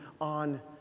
on